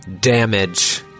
damage